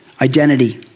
identity